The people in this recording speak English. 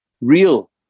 real